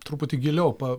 truputį giliau pa